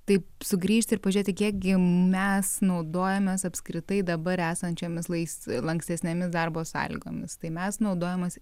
taip sugrįžti ir pažiūrėti kiek gi mes naudojamės apskritai dabar esančiomis lais lankstesnėmis darbo sąlygomis tai mes naudojamas